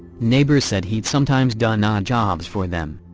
neighbors said he'd sometimes done odd jobs for them.